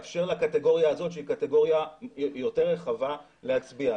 לאפשר לקטגוריה הזאת שהיא קטגוריה יותר רחבה להצביע.